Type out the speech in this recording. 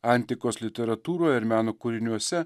antikos literatūroje ir meno kūriniuose